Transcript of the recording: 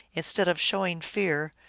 instead of show ing fear,